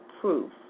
proof